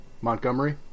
Montgomery